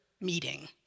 meeting